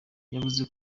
yavuze